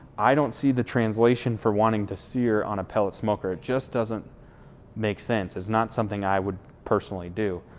i don't see the translation for wanting to sear on a pellet smoker. it just doesn't make sense. it's not something i would personally do.